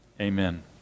Amen